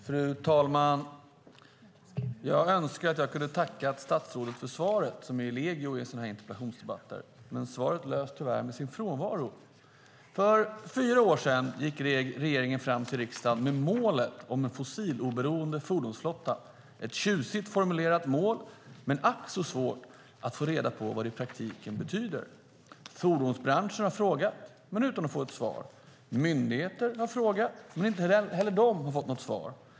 Fru talman! Jag önskar att jag kunde ha tackat statsrådet för svaret, som ju är brukligt i interpellationsdebatter. Men svaret lyste tyvärr med sin frånvaro. För fyra år sedan gick regeringen fram till riksdagen med målet om en fossiloberoende fordonsflotta. Det var ett tjusigt formulerat mål, men det är ack så svårt att få reda på vad det i praktiken betyder. Fordonsbranschen har frågat, men utan att få ett svar. Myndigheter har frågat, men inte heller de har fått något svar.